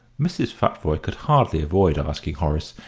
mrs. futvoye could hardly avoid asking horace,